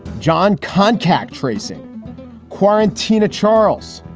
john, contact tracing quarantine. charles,